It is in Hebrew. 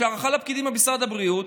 ויש לי הערכה לפקידים במשרד הבריאות,